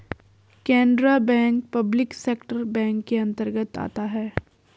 Canara bank public sector bank के अंतर्गत आता है